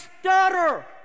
stutter